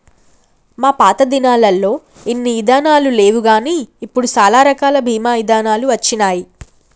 మా పాతదినాలల్లో ఇన్ని ఇదానాలు లేవుగాని ఇప్పుడు సాలా రకాల బీమా ఇదానాలు వచ్చినాయి